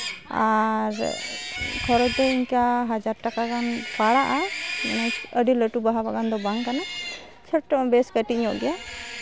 ᱟᱨ ᱠᱷᱚᱨᱚᱪ ᱫᱚ ᱤᱱᱠᱟᱹ ᱦᱟᱡᱟᱨ ᱴᱟᱟ ᱜᱟᱱ ᱯᱟᱲᱟᱜᱼᱟ ᱟᱹᱰᱤ ᱞᱟᱹᱴᱩ ᱵᱟᱦᱟ ᱵᱟᱜᱟᱱ ᱫᱚ ᱵᱟᱝ ᱠᱟᱱᱟ ᱪᱷᱚᱴᱴᱚ ᱵᱮᱥ ᱠᱟᱹᱴᱤᱡ ᱧᱚᱜ ᱜᱮᱭᱟ